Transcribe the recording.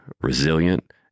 resilient